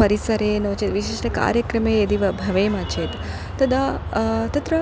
परिसरे नो चेत् विशिष्टकार्यक्रमे यदि व भवेम चेत् तदा तत्र